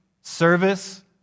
service